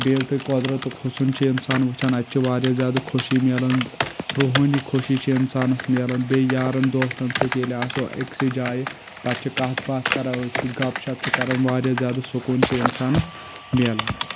بیٚیہِ ییٚلہِ تۄہہِ قۄدرتُک حُسن چھ اِنسان وُچھان اَتہِ چھ واریاہ زیٛادٕ خوشی مِلان روٗحأنی خوشی چھ اِنسانس مِلان بیٚیہِ یارن دوستن سۭتۍ ییٚلہِ آسو أکسٕے جایہِ پتہٕ چھ کتھ باتھ کران أتھۍ سۭتۍ گپ شپ چھ کران واریاہ زیٛادٕ سکوٗن چھ اِنسانس مِلان